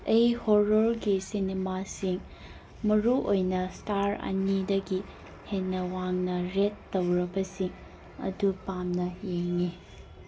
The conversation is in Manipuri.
ꯑꯩ ꯍꯣꯔ꯭ꯔꯒꯤ ꯁꯤꯅꯦꯃꯥꯁꯤꯡ ꯃꯔꯨꯑꯣꯏꯅ ꯏꯁꯇꯥꯔ ꯑꯅꯤꯗꯒꯤ ꯍꯦꯟꯅ ꯋꯥꯡꯅ ꯔꯦꯠ ꯇꯧꯔꯕꯁꯤꯡ ꯑꯗꯨ ꯄꯥꯝꯅ ꯌꯦꯡꯏ